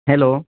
hello